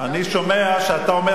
רגע.